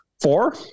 Four